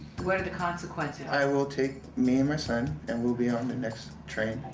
what are the consequences? i will take me and my son, and we'll be on the next train